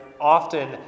often